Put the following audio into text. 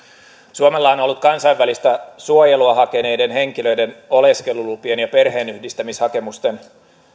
suomella on ollut kansainvälistä suojelua hakeneiden henkilöiden oleskelulupien ja perheenyhdistämishakemusten